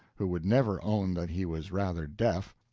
who would never own that he was rather deaf,